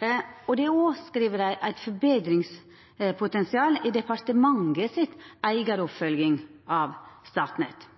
eit forbetringspotensial i departementets eigaroppfølging av Statnett.